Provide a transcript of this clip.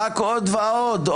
רק עוד ועוד ועוד.